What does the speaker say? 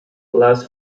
allows